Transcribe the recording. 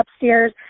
upstairs